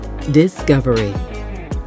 discovery